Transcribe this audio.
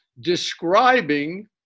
describing